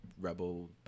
Rebel